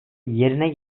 yerine